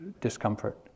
discomfort